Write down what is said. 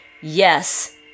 Yes